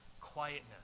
quietness